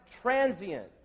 Transient